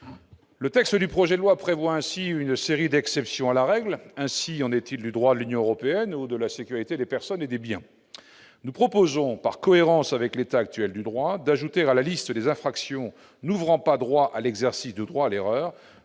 usages. Le projet de loi prévoit une série d'exceptions à la règle. Ainsi en est-il du droit de l'Union européenne ou de la sécurité des personnes et des biens. Par cohérence avec l'état actuel du droit, nous proposons d'ajouter à la liste des infractions n'ouvrant pas droit à l'exercice du droit à l'erreur